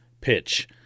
pitch